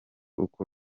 uko